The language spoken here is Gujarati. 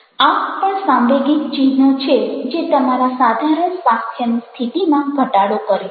આ પણ સાંવેગિક ચિહ્નો છે જે તમારા સાધારણ સ્વાસ્થ્યની સ્થિતીમાં ઘટાડો કરે છે